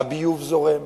הביוב זורם,